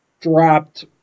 dropped